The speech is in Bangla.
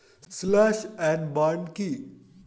স্লাস এন্ড বার্ন কি?